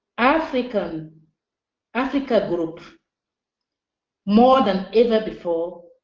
africa um africa group more than ever before